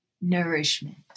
nourishment